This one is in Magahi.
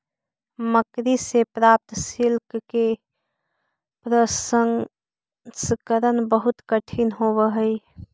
मकड़ि से प्राप्त सिल्क के प्रसंस्करण बहुत कठिन होवऽ हई